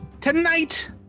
Tonight